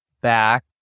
back